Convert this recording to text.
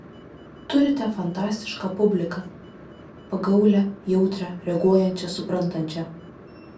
turite fantastišką publiką pagaulią jautrią reaguojančią suprantančią